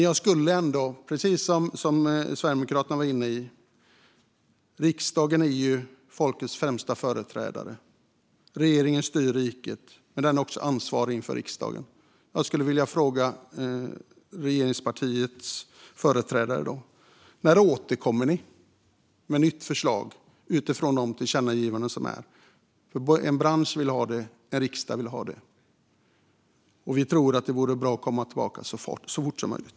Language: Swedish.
Jag skulle ändå, precis som Sverigedemokraterna var inne på, vilja påpeka att riksdagen är folkets främsta företrädare och att regeringen styr riket men också är ansvarig inför riksdagen. Jag skulle vilja fråga regeringspartiets företrädare: När återkommer ni med ett nytt förslag utifrån de tillkännagivanden som finns? En bransch vill ha det, och en riksdag vill ha det. Vi tror att det vore bra att komma tillbaka så fort som möjligt.